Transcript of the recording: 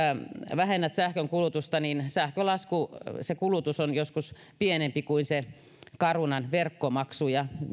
vähennät sähkönkulutusta niin sähkölaskussa se kulutus on joskus pienempi kuin se carunan verkkomaksu ja